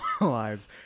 lives